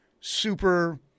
super –